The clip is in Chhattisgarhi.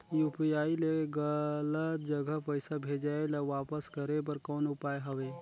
यू.पी.आई ले गलत जगह पईसा भेजाय ल वापस करे बर कौन उपाय हवय?